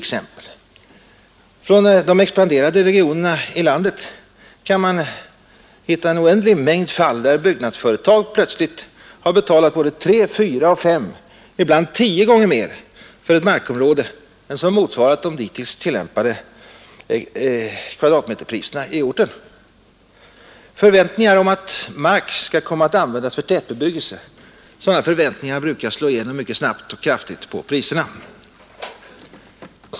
I de expanderande regionerna i landet kan man hitta en oändlig mängd fall där byggnadsföretag plötsligt har betalat tre, fyra eller fem — ja, ibland tio gånger mer för ett markområde än som motsvarat de hittills tillämpade kvadratmeterpriserna på orten. Förväntningar om att mark skall komma att användas för tätbebyggelse brukar slå igenom mycket snabbt och kraftigt på priserna.